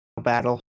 battle